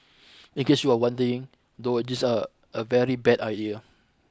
in case you are wondering though a jeans are are very bad a year